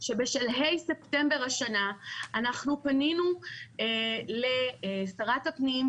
שבשלהי ספטמבר השנה אנחנו פנינו לשרת הפנים,